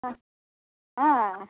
हँ हँ